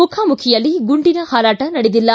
ಮುಖಾಮುಖಿಯಲ್ಲಿ ಗುಂಡಿನ ಹಾರಾಟ ನಡೆದಿಲ್ಲ